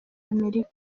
amerika